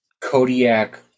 Kodiak